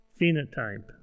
phenotype